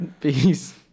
Peace